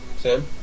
Sam